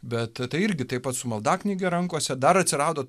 bet tai irgi taip pat su maldaknyge rankose dar atsirado